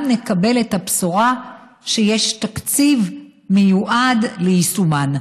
נקבל את הבשורה שיש תקציב מיועד ליישומן.